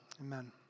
Amen